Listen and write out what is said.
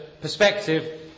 perspective